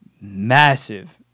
massive